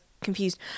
confused